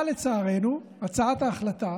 אבל לצערנו, הצעת ההחלטה